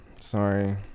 Sorry